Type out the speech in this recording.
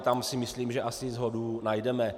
Tam si myslím, že asi shodu najdeme.